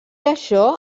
això